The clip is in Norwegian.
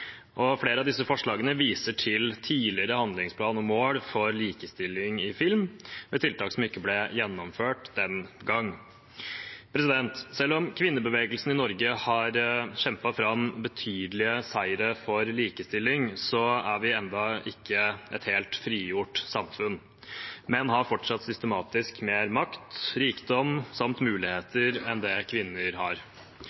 forslagene. Flere av disse forslagene viser til tidligere handlingsplan og mål for likestilling i film, med tiltak som ikke ble gjennomført den gang. Selv om kvinnebevegelsen i Norge har kjempet fram betydelige seire for likestilling, er vi ennå ikke et helt frigjort samfunn. Menn har fortsatt systematisk mer makt og rikdom – samt